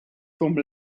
vom